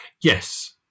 Yes